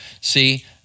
See